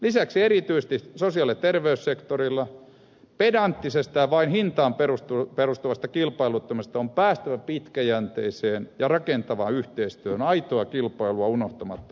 lisäksi erityisesti sosiaali ja terveyssektorilla pedanttisesta ja vain hintaan perustuvasta kilpailuttamisesta on päästävä pitkäjänteiseen ja rakentavaan yhteistyöhön aitoa kilpailua unohtamatta